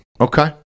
Okay